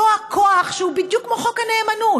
אותו הכוח שהוא בדיוק כמו חוק הנאמנות.